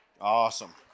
Awesome